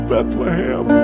Bethlehem